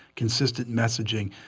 consistent messaging.